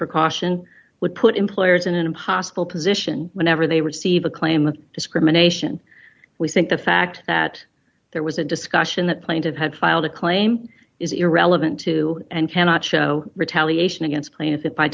precaution would put employers in an impossible position whenever they receive a claim of discrimination we think the fact that there was a discussion that plaintive had filed a claim is irrelevant to and cannot show retaliation against plaintiff it by